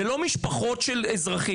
זה לא משפחות של אזרחים.